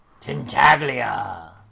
Tintaglia